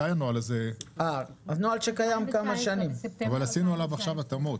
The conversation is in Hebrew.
מתי הנוהל הזה --- ספטמבר 2019. עשינו עליו עכשיו התאמות.